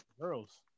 Girls